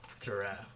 giraffe